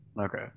Okay